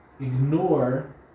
ignore